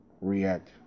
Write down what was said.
react